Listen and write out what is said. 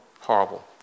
horrible